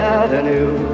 avenue